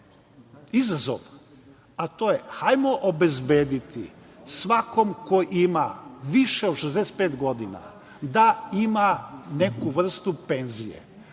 izazov. A to je - hajmo obezbediti svakom ko ima više od 65 godina da ima neku vrstu penzije.